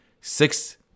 six